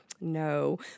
No